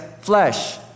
flesh